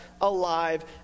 alive